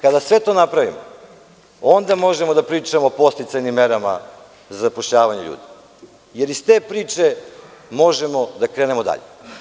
Kada sve to napravimo onda možemo da pričamo o podsticajnim merama za zapošljavanje ljudi, jer iz te priče možemo da krenemo dalje.